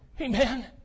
Amen